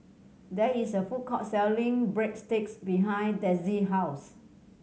there is a food court selling Breadsticks behind Dezzie house